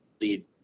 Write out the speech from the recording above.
lead